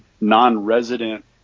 non-resident